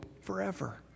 forever